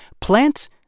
plant